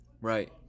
right